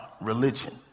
religion